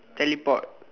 teleport